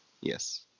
Yes